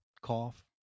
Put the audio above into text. cough